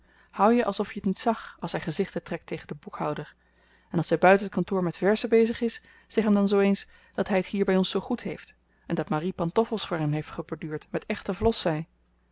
houd je alsof je t niet zag als hy gezichten trekt tegen den boekhouder en als hy buiten t kantoor met verzen bezig is zeg hem dan zoo eens dat hy t hier by ons zoo goed heeft en dat marie pantoffels voor hem heeft geborduurd met echte